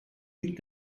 ilk